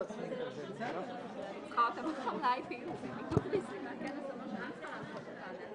הישיבה ננעלה בשעה 13:58.